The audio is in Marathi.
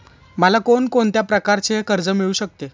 मला कोण कोणत्या प्रकारचे कर्ज मिळू शकते?